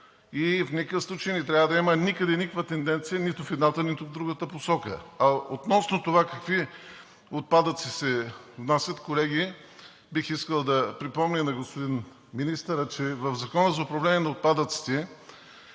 и в никакъв случай не трябва да има никъде никаква тенденция – нито в едната, нито в другата посока. А относно това какви отпадъци се внасят? Колеги, бих искал да припомня на господин Министъра, че в Закона за управление на отпадъците